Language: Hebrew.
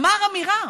אמר אמירה.